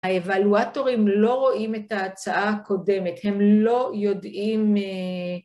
‫האבלואטורים לא רואים את ההצעה הקודמת, ‫הם לא יודעים אה...